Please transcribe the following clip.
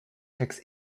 text